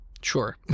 Sure